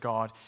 God